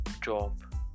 job